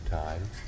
times